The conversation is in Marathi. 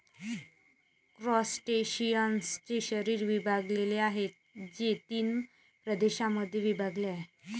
क्रस्टेशियन्सचे शरीर विभागलेले आहे, जे तीन प्रदेशांमध्ये विभागलेले आहे